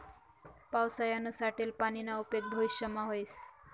पावसायानं साठेल पानीना उपेग भविष्यमा व्हस